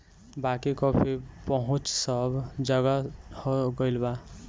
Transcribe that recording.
बाकी कॉफ़ी पहुंच सब जगह हो गईल बा